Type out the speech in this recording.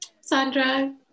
Sandra